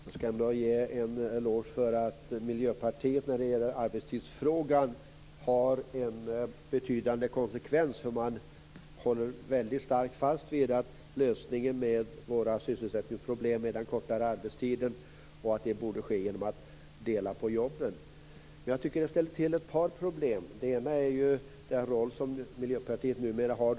Herr talman! Jag skall ge en eloge för att Miljöpartiet har en betydande konsekvens när det gäller arbetstidsfrågan. Man håller väldigt starkt fast vid att lösningen på våra sysselsättningsproblem är kortare arbetstid och att det borde ske genom att dela på jobben. Jag tycker att det ställer till ett par problem. Det ena är den roll som Miljöpartiet numera har.